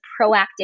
proactive